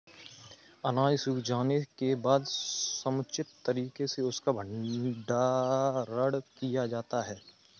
अनाज सूख जाने के बाद समुचित तरीके से उसका भंडारण किया जाता है